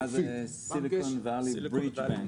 --- חלופית.